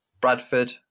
Bradford